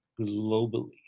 globally